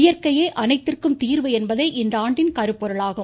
இயற்கையே அனைத்திற்கும் தீர்வு என்பதே இந்தாண்டின் கருப்பொருளாகும்